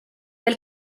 veel